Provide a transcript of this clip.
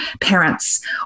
parents